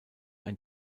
ein